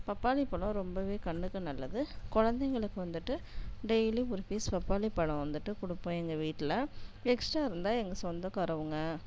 பப்பாளி பழம் ரொம்பவே கண்ணுக்கு நல்லது குழந்தைங்களுக்கு வந்துவிட்டு டெய்லியும் ஒரு பீஸ் பப்பாளி பழம் வந்துவிட்டு கொடுப்பேன் எங்கள் வீட்டில எக்ஸ்ட்ரா இருந்தால் எங்கள் சொந்தக்காரவங்க